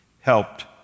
helped